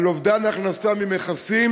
אובדן הכנסה ממכסים